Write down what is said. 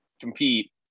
compete